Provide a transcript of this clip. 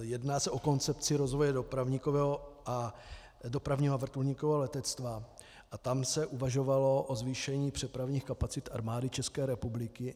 Jedná se o koncepci rozvoje dopravníkového a dopravního a vrtulníkového letectva a tam se uvažovalo o zvýšení přepravních kapacit Armády České republiky.